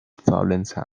faulenzer